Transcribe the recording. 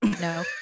no